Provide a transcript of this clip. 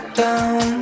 down